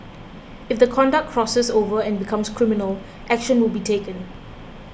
if the conduct crosses over and becomes criminal action will be taken